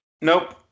nope